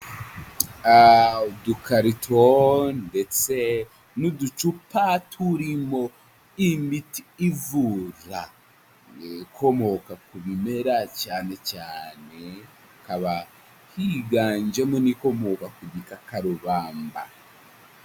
Udukarito ndetse n'uducupa turimbo imiti ivura. Ikomoka ku bimera cyane cyane hakaba, higanjemo n'ikomoka ku gikakarubamba.